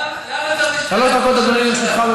שלוש דקות, אדוני, לרשותך.